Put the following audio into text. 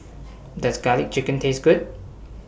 Does Garlic Chicken Taste Good